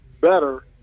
better